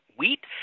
wheat